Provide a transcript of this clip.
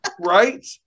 Right